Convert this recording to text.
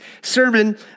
sermon